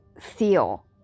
feel